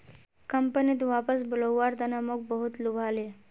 कंपनीत वापस बुलव्वार तने मोक बहुत लुभाले